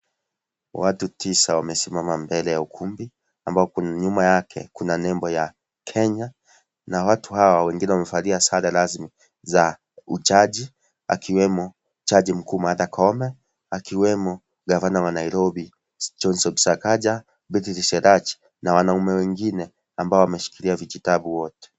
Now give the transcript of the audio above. Watu tisa wamesimama mbele ya ukumbi ambao kuna nyuma yake kuna nembo ya Kenya, na watu hawa wengine wamevalia sare rasmi za ujaji akiwemo jaji mkuu Martha Koome, akiwemo Gavana wa Nairobi Johnson Sakaja, Beatrice Elachi, na wanaume wengine ambao wameshikilia vijitabu wote.